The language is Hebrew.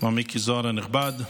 מר מיקי זוהר הנכבד,